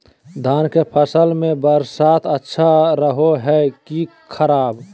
धान के फसल में बरसात अच्छा रहो है कि खराब?